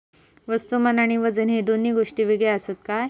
वस्तुमान आणि वजन हे दोन गोष्टी वेगळे आसत काय?